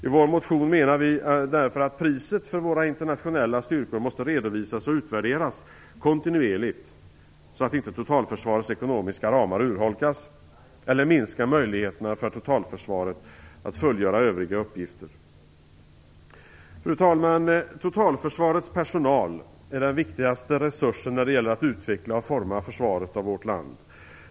I vår motion menar vi därför att priset för våra internationella styrkor måste redovisas och utvärderas kontinuerligt så att inte totalförsvarets ekonomiska ramar urholkas eller minskar möjligheterna för totalförsvaret att fullgöra övriga uppgifter. Fru talman! Totalförsvarets personal är den viktigaste resursen när det gäller att utveckla och forma försvaret av vårt land.